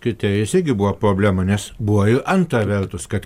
kriterijais irgi buvo problema nes buvo ir antra vertus kad